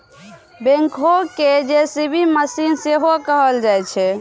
backhoe कें JCB machine सेहो कहल जाइ छै